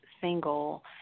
single